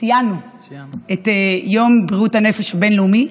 ציינו את יום בריאות הנפש הבין-לאומי,